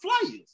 flyers